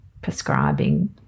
prescribing